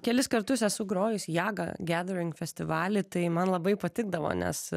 kelis kartus esu grojusi jaga gedron festivaly tai man labai patikdavo nes